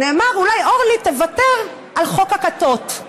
נאמר: אולי אורלי תוותר על חוק הכיתות.